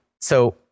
So-